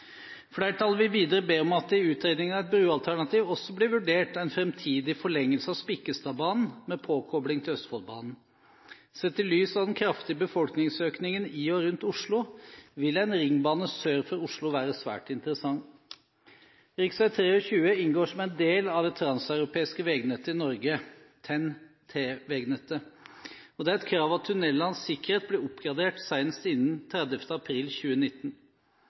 Flertallet vil videre be om at det i utredningen av et brualternativ også blir vurdert en framtidig forlengelse av Spikkestadbanen, med påkobling til Østfoldbanen. Sett i lys av den kraftige befolkningsøkningen i og rundt Oslo vil en ringbane sør for Oslo være svært interessant. Rv. 23 inngår som en del av det transeuropeiske veinettet i Norge, TEN-T-veinettet, og det er et krav at tunnelens sikkerhet blir oppgradert senest innen 30. april 2019.